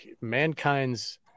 mankind's